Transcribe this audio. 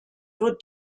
wird